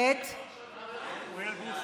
גם בוסו.